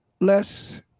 less